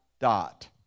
dot